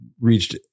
reached